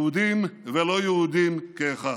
יהודים ולא יהודים כאחד.